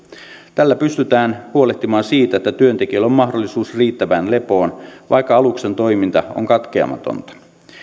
tällä pystytään huolehtimaan siitä että työntekijöillä on mahdollisuus riittävään lepoon vaikka aluksen toiminta on katkeamatonta